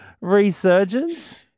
resurgence